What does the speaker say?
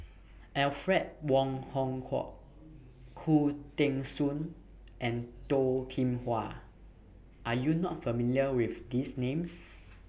Alfred Wong Hong Kwok Khoo Teng Soon and Toh Kim Hwa Are YOU not familiar with These Names